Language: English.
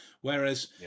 Whereas